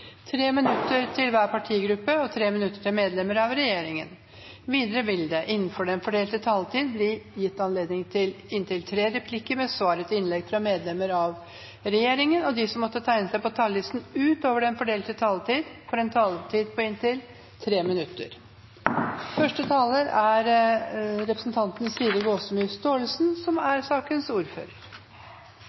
til hver partigruppe og 3 minutter til medlemmer av regjeringen. Videre vil det, innenfor den fordelte taletid, bli gitt anledning til replikkordskifte med inntil tre replikker med svar etter innlegg fra medlemmer av regjeringen, og de som måtte tegne seg på talerlisten utover den fordelte taletid, får en taletid på inntil 3 minutter. For Arbeiderpartiet er